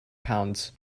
pounds